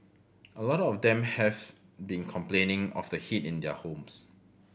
a lot of them have been complaining of the heat in their homes